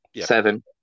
seven